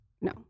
No